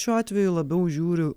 šiuo atveju labiau žiūriu